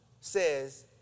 says